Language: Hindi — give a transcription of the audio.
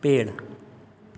पेड़